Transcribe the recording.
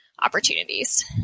opportunities